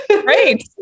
Great